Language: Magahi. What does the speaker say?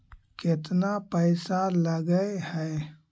केतना पैसा लगय है?